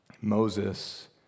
Moses